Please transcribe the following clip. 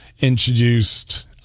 introduced